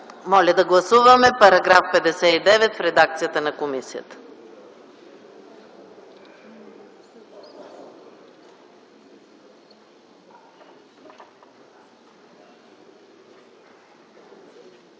Моля да гласуваме § 59 в редакция на комисията.